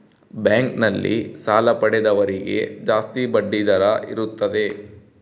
bank ನಲ್ಲಿ ಸಾಲ ಪಡೆದವರಿಗೆ ಜಾಸ್ತಿ ಬಡ್ಡಿ ದರ ಇರುತ್ತದೆ